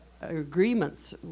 agreements